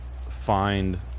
find